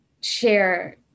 share